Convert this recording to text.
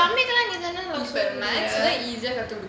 mathematics லாம்:laam easy ah கத்து கொடுக்கலாம்:kathu kodukalaam